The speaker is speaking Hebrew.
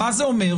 מה זה אומר?